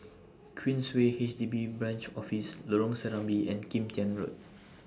Queensway H D B Branch Office Lorong Serambi and Kim Tian Road